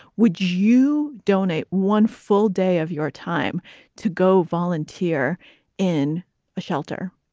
would you donate one full day of your time to go volunteer in a shelter?